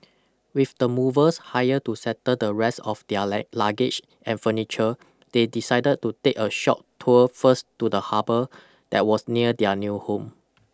with the movers hired to settle the rest of their luggage and furniture they decided to take a short tour first to the harbour that was near their new home